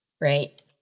right